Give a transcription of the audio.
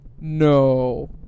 No